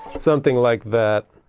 something like that,